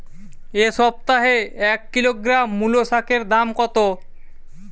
এ সপ্তাহে এক কিলোগ্রাম মুলো শাকের দাম কত?